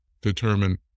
determine